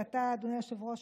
אדוני היושב-ראש,